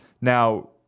Now